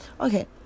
Okay